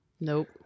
Nope